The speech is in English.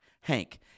Hank